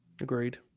Agreed